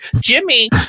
Jimmy